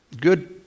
Good